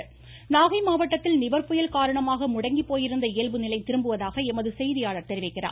நாகை இயல்பு நிலை நாகை மாவட்டத்தில் நிவர் புயல் காரணமாக முடங்கி போய் இருந்த இயல்பு நிலை திரும்புவதாக எமது செய்தியாளர் தெரிவிக்கிறார்